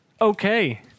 Okay